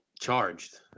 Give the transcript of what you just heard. charged